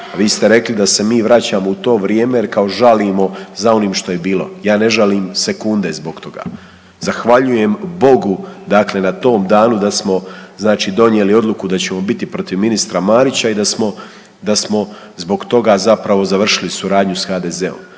vi ste rekli da se mi vraćamo u to vrijeme jer kao žalimo za onim što je bilo. Ja ne žalim sekunde zbog toga. Zahvaljujem Bogu dakle na tom danu da smo donijeli odluku da ćemo biti protiv ministra Marića i da smo zbog toga zapravo završili suradnju sa HDZ-om.